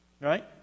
right